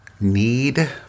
need